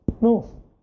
No